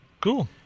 Cool